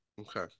Okay